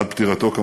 עד פטירתו כמובן,